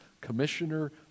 commissioner